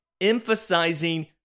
emphasizing